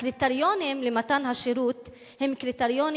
הקריטריונים למתן השירות הם קריטריונים